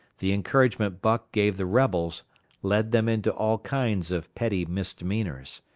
the encouragement buck gave the rebels led them into all kinds of petty misdemeanors.